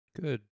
Good